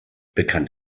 bekannt